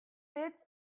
fits